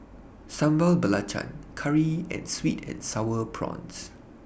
Sambal Belacan Curry and Sweet and Sour Prawns